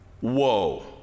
whoa